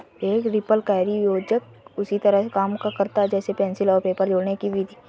एक रिपलकैरी योजक उसी तरह काम करता है जैसे पेंसिल और पेपर जोड़ने कि विधि